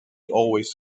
always